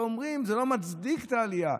ואומרים: זה לא מצדיק את העלייה.